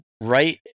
right